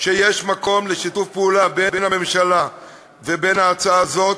שיש מקום לשיתוף פעולה של הממשלה בהצעה הזאת,